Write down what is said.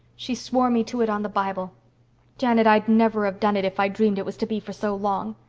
she swore me to it on the bible janet, i'd never have done it if i'd dreamed it was to be for so long.